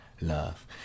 love